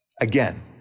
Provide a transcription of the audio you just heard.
Again